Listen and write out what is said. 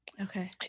Okay